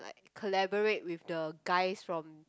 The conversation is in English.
collaborate with the guys from